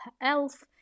Elf